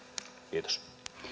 kiitos